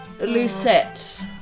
Lucette